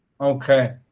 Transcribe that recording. Okay